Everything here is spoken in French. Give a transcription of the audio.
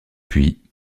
puis